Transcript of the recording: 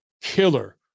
killer